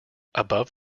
above